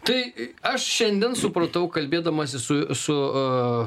tai aš šiandien supratau kalbėdamasi su su